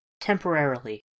Temporarily